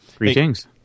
Greetings